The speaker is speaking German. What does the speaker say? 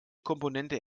komponente